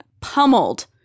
pummeled